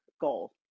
goal